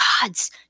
gods